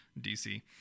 DC